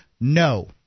no